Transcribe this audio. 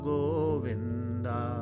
Govinda